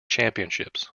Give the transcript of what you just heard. championships